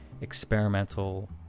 experimental